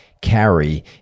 carry